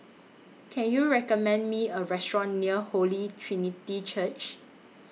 Can YOU recommend Me A Restaurant near Holy Trinity Church